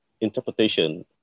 interpretation